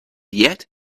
yet